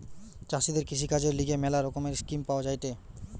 চাষীদের কৃষিকাজের লিগে ম্যালা রকমের স্কিম পাওয়া যায়েটে